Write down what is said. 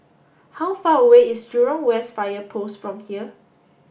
how far away is Jurong West Fire Post from here